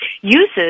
uses